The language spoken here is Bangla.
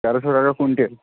তেরোশো টাকা কুইন্টাল